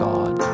God